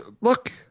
look